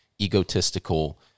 egotistical